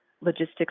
logistics